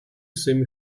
semi